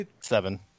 Seven